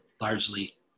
largely